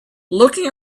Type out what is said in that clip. looking